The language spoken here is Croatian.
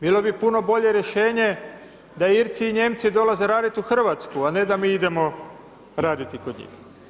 Bilo bi puno bolje rješenje, da Irci i Nijemci dolaze raditi u Hrvatsku, a ne da mi idemo raditi kod njih.